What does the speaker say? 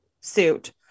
suit